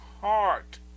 heart